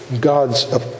God's